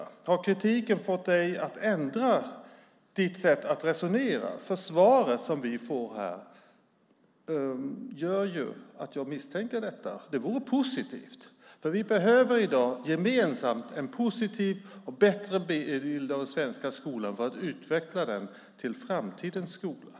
Har kritiken fått dig att ändra ditt sätt att resonera? Svaret som vi får här gör att jag misstänker det. Det vore positivt, för vi behöver i dag gemensamt en positiv och bättre bild av den svenska skolan för att utveckla den till framtidens skola.